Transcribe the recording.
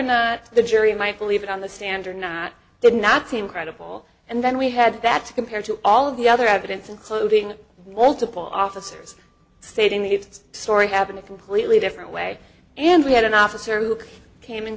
not the jury might believe it on the standard did not seem credible and then we had that compared to all of the other evidence including multiple officers stating the story happening completely different way and we had an officer who came in